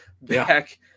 back